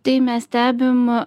tai mes stebim